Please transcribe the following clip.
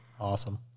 Awesome